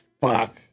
fuck